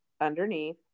underneath